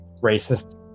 racist